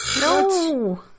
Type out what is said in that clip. No